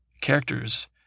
characters